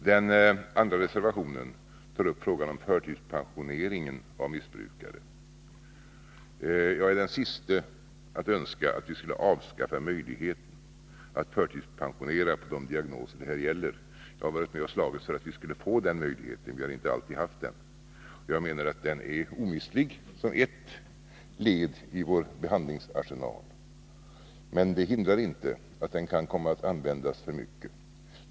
Den andra reservationen tar upp frågan om förtidspensioneringen av missbrukare. Jag är den siste att önska att vi skall avskaffa möjligheten att förtidspensionera vid de diagnoser det här gäller. Jag har varit med om och slagits för att vi skulle få den möjligheten, vi har inte alltid haft den. Jag menar att den är omistlig som ett led i vår behandlingsarsenal. Men det hindrar inte att den kan komma att användas för mycket.